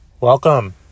welcome